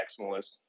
maximalist